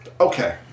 okay